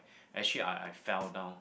actually I I fell down